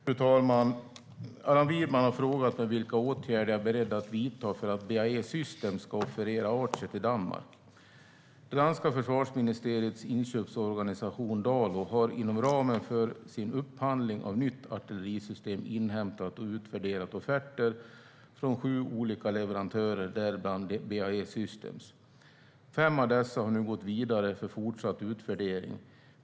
Fru talman! Allan Widman har frågat mig vilka åtgärder jag är beredd att vidta för att BAE Systems ska offerera Archer till Danmark.Det danska försvarsministeriets inköpsorganisation DALO har inom ramen för sin upphandling av nytt artillerisystem inhämtat och utvärderat offerter från sju olika leverantörer, däribland BAE Systems. Fem av dessa har nu gått vidare för fortsatt utvärdering.